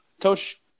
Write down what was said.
coach